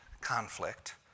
conflict